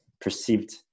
perceived